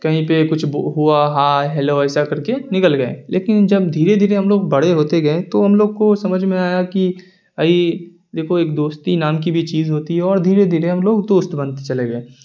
کہیں پہ کچھ ہوا ہائے ہیلو ایسا کر کے نکل گئے لیکن جب دھیرے دھیرے ہم لوگ بڑے ہوتے گئے تو ہم لوگ کو سمجھ میں آیا کہ بھائی دیکھو ایک دوستی نام کی بھی چیز ہوتی ہے اور دھیرے دھیرے ہم لوگ دوست بنتے چلے گئے